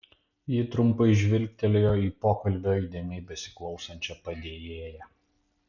ji trumpai žvilgtelėjo į pokalbio įdėmiai besiklausančią padėjėją